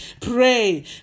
pray